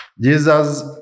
Jesus